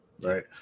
right